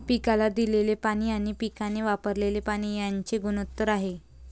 पिकाला दिलेले पाणी आणि पिकाने वापरलेले पाणी यांचे गुणोत्तर आहे